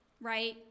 right